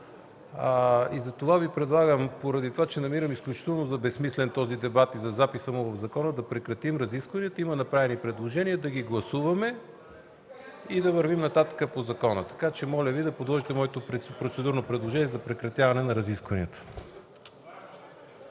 Затова Ви предлагам, поради това че намирам за изключително безсмислен този дебат и записа му в закона, да прекратим разискванията. Има направени предложения – да ги гласуваме и да вървим нататък по закона. Моля Ви да подложите моето процедурно предложение за прекратяване на разискванията.